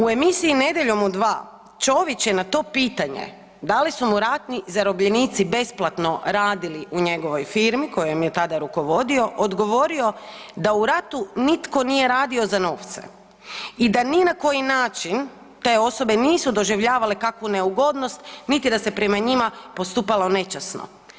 U emisiji „Nedjeljom u 2“ Ćović je na to pitanje da li su mu ratni zarobljenici besplatno radili u njegovoj firmi kojom je tada rukovodio odgovorio da u ratu nitko nije radio za novce i da ni na koji način te osobe nisu doživljavale kakvu neugodnost, niti da se prema njima postupalo nečasno.